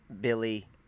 Billy